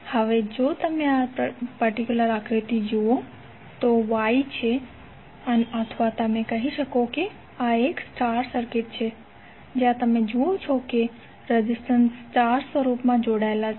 હવે જો તમે આ પર્ટિક્યુલર આકૃતિ જુઓ તો આ Y છે અથવા તમે કહી શકો છો આ એક સ્ટાર સર્કિટ છે જ્યાં તમે જુઓ છો કે રેઝિસ્ટન્સ સ્ટાર સ્વરૂપમાં જોડાયેલ છે